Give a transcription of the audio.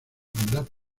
mandato